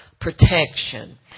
protection